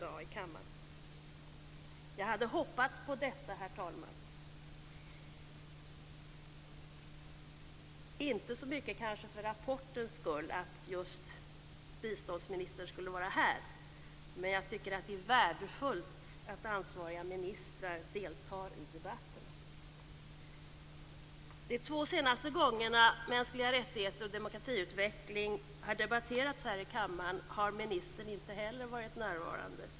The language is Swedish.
Jag hade, herr talman, hoppats - kanske inte så mycket för rapportens skull - att just biståndsministern skulle vara här men jag tycker att det är värdefullt att ansvariga ministrar deltar i debatterna. Inte heller de två senaste gångerna som mänskliga rättigheter och demokratiutveckling debatterats här i kammaren har ministern varit närvarande.